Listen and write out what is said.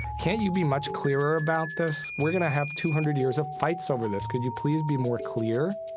can't you be much clearer about this? we're going to have two hundred years of fights over this could you please be more clear?